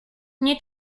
nie